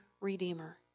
redeemer